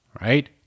Right